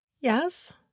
Yes